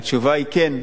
התשובה היא כן,